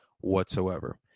whatsoever